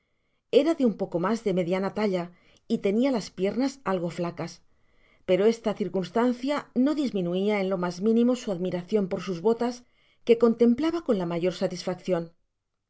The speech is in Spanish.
era de un poco mas de mediana talla y tenia las piernas algo flacas pero esta circunstancia no disminuia en lo mas minimo su admiracion por sus botas que contemplaba con la mayor satisfaccion